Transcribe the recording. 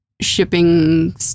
shipping